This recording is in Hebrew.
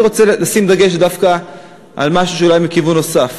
אני רוצה לשים דגש דווקא על משהו מכיוון נוסף.